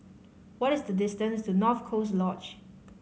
what is the distance to North Coast Lodge